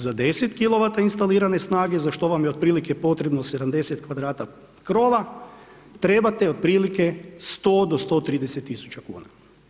Za 10 kilovata instalirane snage za što vam je otprilike potrebno 70 kvadrata krova, trebate otprilike 100 do 130 tisuća kuna.